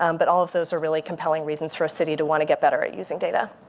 um but all of those are really compelling reasons for a city to want to get better at using data.